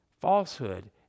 Falsehood